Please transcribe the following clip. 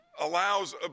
allows